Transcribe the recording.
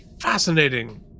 fascinating